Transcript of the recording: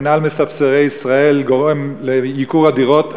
מינהל מספסרי ישראל גורם לייקור הדירות,